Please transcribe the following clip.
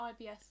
IBS